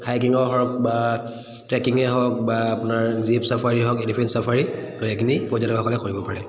হাইকিঙৰ হওক বা ট্ৰেকিঙে হওক বা আপোনাৰ জীপ ছাফাৰী হওক এলিফেণ্ট ছাফাৰী এইখিনি পৰ্যটকসকলে কৰিব পাৰে